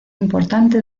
importante